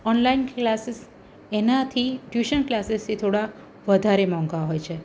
online classes એનાથી tuition ક્લાસીસથી થોડા વધારે મોંઘા હોય છે